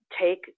take